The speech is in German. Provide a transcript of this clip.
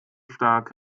stark